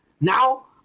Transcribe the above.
Now